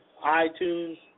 iTunes